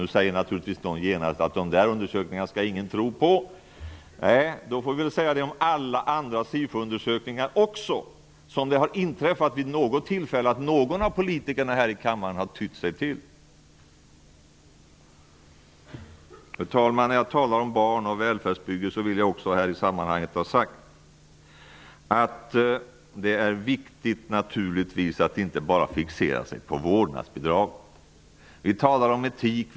Nu säger naturligtvis någon genast att man inte skall tro på dessa undersökningar. Då får vi säga det om alla de andra SIFO-undersökningar som någon av politikerna här i kammaren vid något tillfälle har tytt sig till. Fru talman! När jag talar om barn och välfärdsbygge vill jag också ha sagt att det naturligtvis är viktigt att inte bara fixera sig vid vårdnadsbidraget. Vi talar om etik.